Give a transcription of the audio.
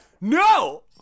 no